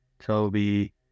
Toby